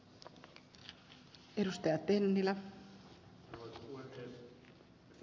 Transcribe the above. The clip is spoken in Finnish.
arvoisa puhemies